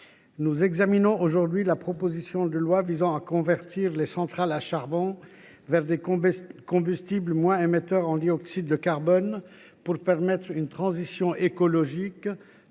nous examinons aujourd’hui la proposition de loi visant à convertir les centrales à charbon vers des combustibles moins émetteurs en dioxyde de carbone pour permettre une transition écologique